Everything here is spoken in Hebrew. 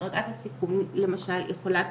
ואנחנו רואים את זה יום יום.